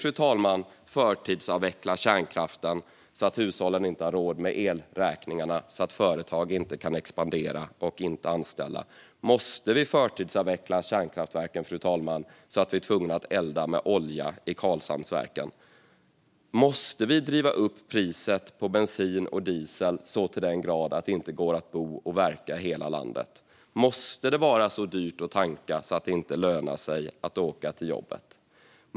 Måste vi förtidsavveckla kärnkraften så att hushållen inte har råd med elräkningarna och så att företag inte kan expandera och inte anställa? Måste vi förtidsavveckla kärnkraftverken, fru talman, så att vi är tvungna att elda med olja i Karlshamnsverket? Måste vi driva upp priset på bensin och diesel så till den grad att det inte går att bo och verka i hela landet? Måste det vara så dyrt att tanka att det inte lönar sig att åka till jobbet?